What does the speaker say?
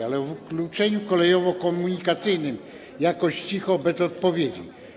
Ale o wykluczeniu kolejowo-komunikacyjnym jakoś cicho, bez odpowiedzi.